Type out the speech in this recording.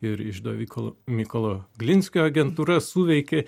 ir išdaviko mykolo glinskio agentūra suveikė